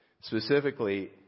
specifically